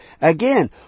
Again